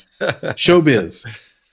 Showbiz